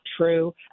true